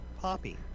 Poppy